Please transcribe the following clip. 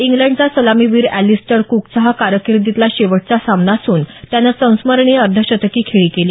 इंग्लंडचा सलामीवीर एलिस्टर कूकचा हा कारकिर्दीतला शेवटचा सामना असून त्यानं संस्मरणीय अर्धशतकी खेळी केली